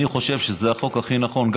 אני חושב שזה החוק הכי נכון.